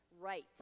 right